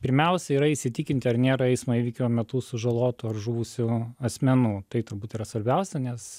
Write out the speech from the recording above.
pirmiausia yra įsitikinti ar nėra eismo įvykio metu sužalotų ar žuvusių asmenų tai turbūt yra svarbiausia nes